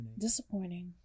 Disappointing